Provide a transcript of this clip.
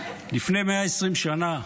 לפני 120 שנה,